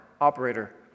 Operator